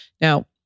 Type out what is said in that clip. Now